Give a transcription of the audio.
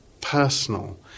personal